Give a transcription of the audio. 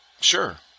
Sure